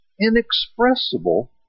inexpressible